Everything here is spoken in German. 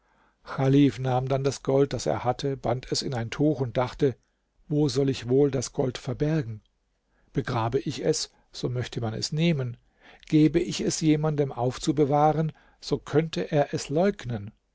nahm dann das gold das er hatte band es in ein tuch und dachte wo soll ich wohl das gold verbergen begrabe ich es so möchte man es nehmen gebe ich es jemanden aufzubewahren so könnte er es leugnen